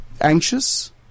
anxious